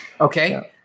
Okay